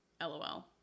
LOL